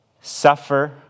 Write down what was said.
suffer